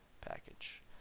package